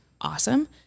awesome